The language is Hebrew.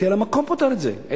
הייתי פותר את זה על המקום.